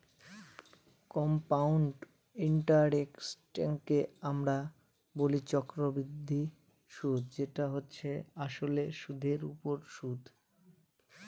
compound ইন্টারেস্টকে আমরা বলি চক্রবৃদ্ধি সুদ যেটা হচ্ছে আসলে সুধের ওপর সুদ